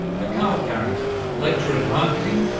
but kind of carrington, lecturer in marketing,